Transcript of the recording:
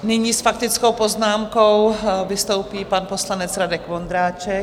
Nyní s faktickou poznámkou vystoupí pan poslanec Radek Vondráček.